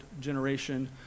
generation